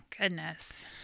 Goodness